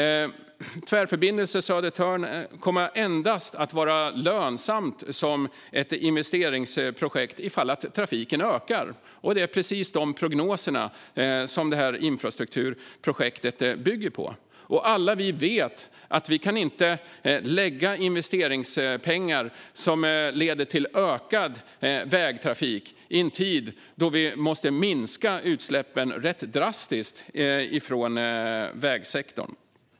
Tvärförbindelse Södertörn blir lönsamt som investeringsprojekt endast ifall trafiken ökar. Det är precis de prognoserna som infrastrukturprojektet bygger på. Vi vet alla att vi inte kan lägga ned investeringspengar som leder till ökad vägtrafik i en tid då vi drastiskt måste minska utsläppen från vägsektorn.